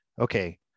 okay